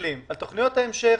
מסתכלים על תוכניות ההמשך